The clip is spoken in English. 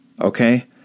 Okay